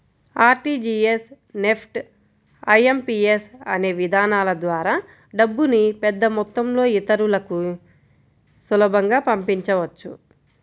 RTGS, NEFT, IMPS అనే విధానాల ద్వారా డబ్బుని పెద్దమొత్తంలో ఇతరులకి సులభంగా పంపించవచ్చు